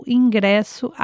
ingresso